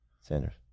Sanders